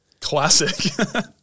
Classic